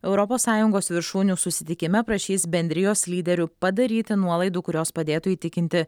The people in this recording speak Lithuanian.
europos sąjungos viršūnių susitikime prašys bendrijos lyderių padaryti nuolaidų kurios padėtų įtikinti